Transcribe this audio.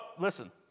listen